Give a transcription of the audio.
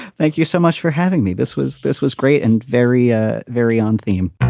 thank you so much for having me. this was this was great and very a very on theme